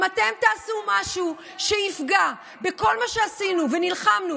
אם אתם תעשו משהו שיפגע בכל מה שעשינו ונלחמנו,